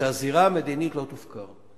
שהזירה המדינית לא תופקר.